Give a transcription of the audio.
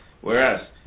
whereas